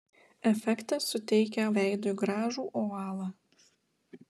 efektas suteikia veidui gražų ovalą